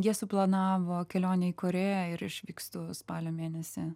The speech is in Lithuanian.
jie suplanavo kelionę į korėją ir išvykstu spalio mėnesį